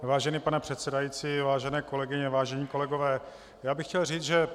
Vážený pane předsedající, vážené kolegyně, vážení kolegové, já bych chtěl říct, že